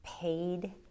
paid